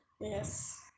Yes